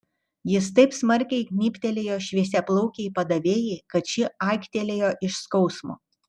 jis taip smarkiai gnybtelėjo šviesiaplaukei padavėjai kad ši aiktelėjo iš skausmo